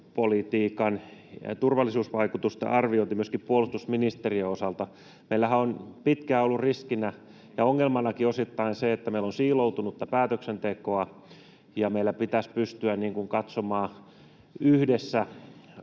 turvallisuusvaikutusten arviointi myöskin puolustusministeriön osalta. Meillähän on pitkään ollut riskinä ja ongelmanakin osittain se, että meillä on siiloutunutta päätöksentekoa, ja meillä pitäisi pystyä katsomaan yhdessä